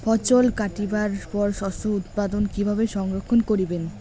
ফছল কাটিবার পর শস্য উৎপাদন কিভাবে সংরক্ষণ করিবেন?